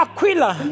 Aquila